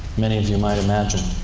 many of you might imagine.